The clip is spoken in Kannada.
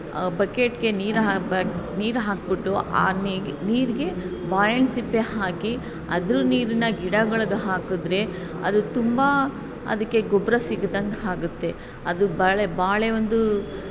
ಬಕೆಟಿಗೆ ನೀರು ನೀರು ಹಾಕಿಬಿಟ್ಟು ಆ ನೀರಿಗೆ ಬಾಳೆಹಣ್ಣು ಸಿಪ್ಪೆ ಹಾಕಿ ಅದ್ರ ನೀರಿನ ಗಿಡಗಳ್ಗೆ ಹಾಕಿದ್ರೆ ಅದು ತುಂಬ ಅದಕ್ಕೆ ಗೊಬ್ಬರ ಸಿಕ್ದಂಗ್ ಆಗುತ್ತೆ ಅದು ಬಾಳೆ ಬಾಳೆ ಒಂದು